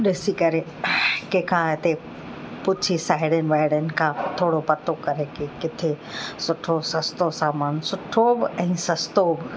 ॾिसी करे कंहिंखां हिते पुछी साहेड़ियुनि वाहेड़ियुनि खां थोरो पतो करे कि किथे सुठो सस्तो सामान सुठो बि ऐं सस्तो बि